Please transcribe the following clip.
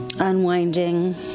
Unwinding